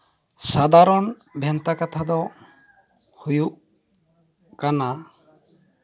ᱥᱟᱫᱷᱟᱨᱚᱱ ᱵᱷᱮᱱᱛᱟ ᱠᱟᱛᱷᱟ ᱫᱚ ᱦᱩᱭᱩᱜ ᱠᱟᱱᱟ